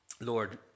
Lord